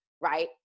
right